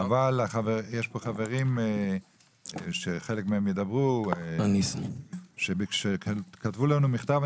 אבל יש פה חברים, שחלק מהם ידברו, שכתבו לנו מכתב.